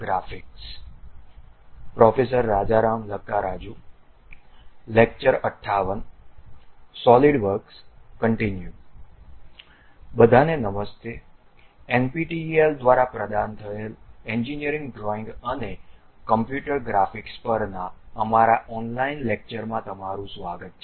બધાને નમસ્તે એનપીટીઇએલ દ્વારા પ્રદાન થયેલ એન્જીનિયરિંગ ડ્રોઇંગ અને કમ્પ્યુટર ગ્રાફિક્સ પરના અમારા ઓનલાઇન લેક્ચરમાં તમારું સ્વાગત છે